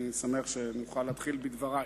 אני שמח שאוכל להתחיל בדברי.